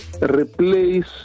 replace